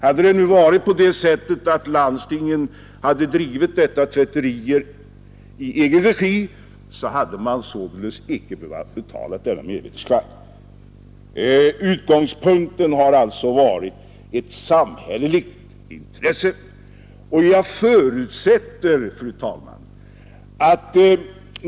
Hade det nu varit så att landstingen drivit tvätteri i egen regi, hade man inte behövt betala mervärdeskatt. Utgångspunkten har alltså varit ett samhälleligt intresse.